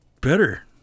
better